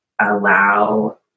allow